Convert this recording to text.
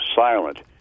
silent